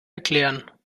erklären